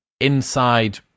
inside